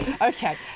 Okay